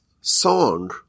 song